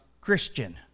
Christian